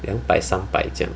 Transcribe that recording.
两百三百这样